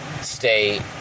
stay